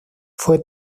fue